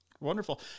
Wonderful